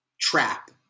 trap